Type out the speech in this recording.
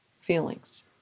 feelings